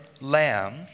lamb